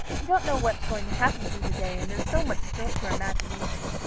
you don't know what's going to happen through the day, and there's so much scope for imagination.